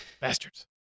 Bastards